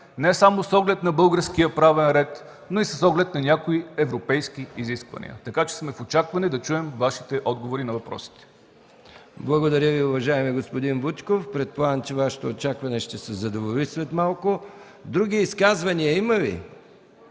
не само с оглед на българския правен ред, но и с оглед на някои европейски изисквания. Така че сме в очакване да чуем Вашите отговори на въпросите. ПРЕДСЕДАТЕЛ МИХАИЛ МИКОВ: Благодаря Ви, уважаеми господин Вучков. Предполагам, че Вашето очакване ще се задоволи след малко. Има ли други изказвания?